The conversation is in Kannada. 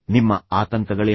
ನಿಮ್ಮ ಆತಂಕಗಳೇನು